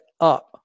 up